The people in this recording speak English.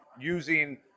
using